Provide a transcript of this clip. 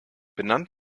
benannt